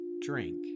drink